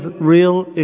real